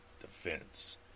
defense